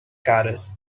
caras